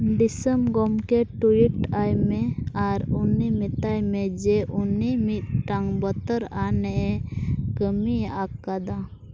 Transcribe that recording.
ᱫᱤᱥᱚᱢ ᱜᱚᱢᱠᱮ ᱴᱩᱭᱤᱴ ᱟᱭᱢᱮ ᱟᱨ ᱩᱱᱤ ᱢᱮᱛᱟᱭ ᱢᱮ ᱡᱮ ᱩᱱᱤ ᱢᱤᱫᱴᱟᱱ ᱵᱚᱛᱚᱨᱟᱱ ᱮ ᱠᱟᱹᱢᱤ ᱟᱠᱟᱫᱟ